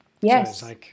Yes